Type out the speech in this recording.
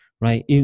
right